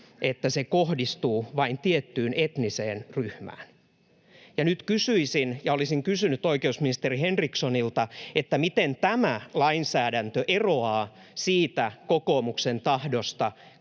että se kohdistuu vain tiettyyn etniseen ryhmään. Olisin kysynyt oikeusministeri Henrikssonilta, miten tämä lainsäädäntö eroaa siitä kokoomuksen tahdosta